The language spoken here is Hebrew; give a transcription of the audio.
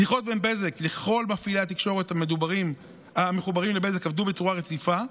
שיחות בין בזק לכל מפעילי התקשורת המחוברים לבזק עבדו בצורה רציפה.